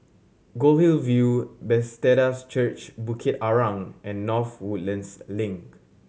Goldhill View Bethesda's Church Bukit Arang and North Woodlands Link